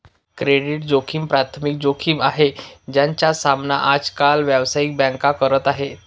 credit जोखिम प्राथमिक जोखिम आहे, ज्याचा सामना आज काल व्यावसायिक बँका करत आहेत